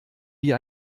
wie